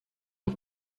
auf